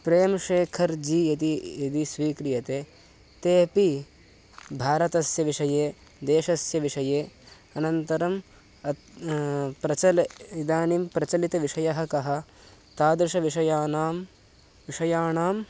प्रेम्शेखरजी इति यदि स्वीक्रियते तेऽपि भारतस्य विषये देशस्य विषये अनन्तरम् अद् प्रचल इदानीं प्रचलितः विषयः कः तादृशानां विषयाणां विषयाणाम्